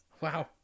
Wow